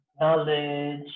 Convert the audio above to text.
knowledge